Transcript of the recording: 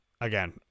again